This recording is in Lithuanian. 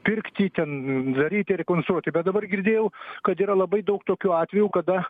pirkti ten daryti ir konstruoti bet dabar girdėjau kad yra labai daug tokių atvejų kada